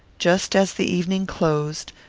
just as the evening closed,